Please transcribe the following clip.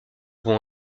vont